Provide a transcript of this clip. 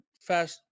fast